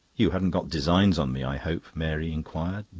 you hadn't got designs on me, i hope? mary inquired,